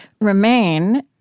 remain